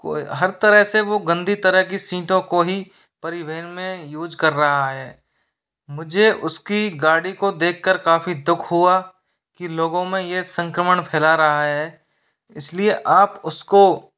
कोए हर तरह से वो गंदी तरह की सीटों को ही परिवहन में यूज कर रहा है मुझे उसकी गाड़ी को देखकर काफ़ी दुख हुआ कि लोगों में ये संक्रमण फैला रहा है इसलिए आप उसको